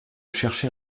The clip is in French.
cherché